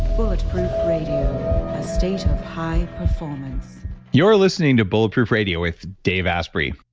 bulletproof radio, a state of high performance you're listening to bulletproof radio with dave asprey.